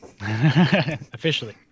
Officially